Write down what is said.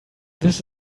this